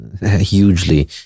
hugely